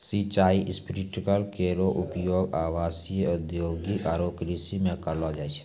सिंचाई स्प्रिंकलर केरो उपयोग आवासीय, औद्योगिक आरु कृषि म करलो जाय छै